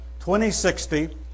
2060